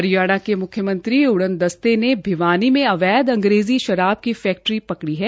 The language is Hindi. हरियाणा के म्ख्यमंत्री उड़न दस्ते ने भिवानी में अवैध अंग्रेजी शराब की फैक्ट्री पकड़ी है